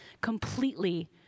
completely